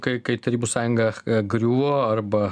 kai kai tarybų sąjunga griuvo arba